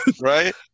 right